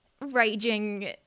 raging